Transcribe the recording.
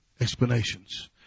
explanations